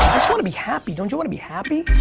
just wanna be happy, don't you wanna be happy?